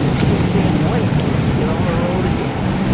he just can't wait to get on the road again.